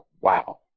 wow